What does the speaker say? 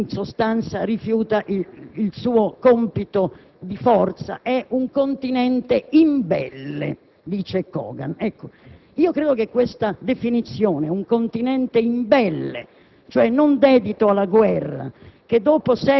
per le sue popolazioni e quindi, in sostanza, rifiuta il suo compito di forza. È un Continente imbelle, dice Cogan. Credo che questa definizione, un Continente imbelle,